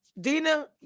Dina